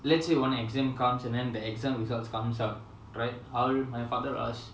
let's say when the exam comes and the exam results comes out right how my father ask